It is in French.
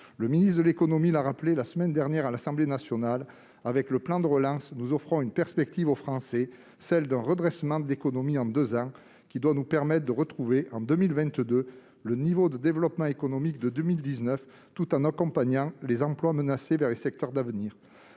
Le ministre de l'économie l'a rappelé la semaine dernière à l'Assemblée nationale : avec le plan de relance, nous offrons une perspective aux Français, celle d'un redressement de l'économie en deux ans, qui doit nous permettre de retrouver en 2022 le niveau de développement économique de 2019, tout en accompagnant les emplois menacés vers les secteurs d'avenir.